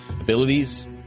abilities